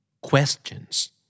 questions